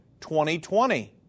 2020